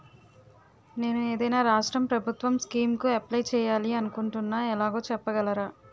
నేను ఏదైనా రాష్ట్రం ప్రభుత్వం స్కీం కు అప్లై చేయాలి అనుకుంటున్నా ఎలాగో చెప్పగలరా?